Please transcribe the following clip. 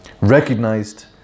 recognized